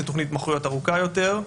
זו תכנית ארוכה יותר,